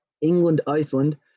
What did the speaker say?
England-Iceland